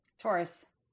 Taurus